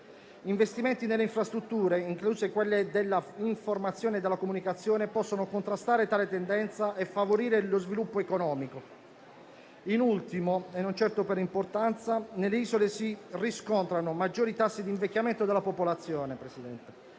Investimenti nelle infrastrutture, incluse quelle della informazione e della comunicazione, possono contrastare tale tendenza e favorire lo sviluppo economico. In ultimo - e non certo per importanza - nelle isole si riscontrano maggiori tassi di invecchiamento della popolazione